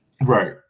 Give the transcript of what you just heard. Right